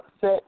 Set